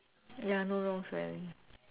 ya no